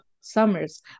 summers